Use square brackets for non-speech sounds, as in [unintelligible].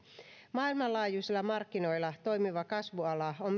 maailmanlaajuisilla markkinoilla toimiva kasvuala on [unintelligible]